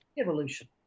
Evolution